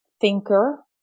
thinker